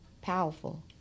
powerful